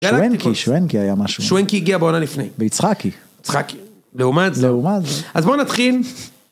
שוואנקי, שוואנקי היה משהו. שוואנקי הגיע בעונה לפני. ביצחקי. ביצחקי, לעומד. לעומד. אז בואו נתחיל.